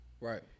Right